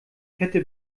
fette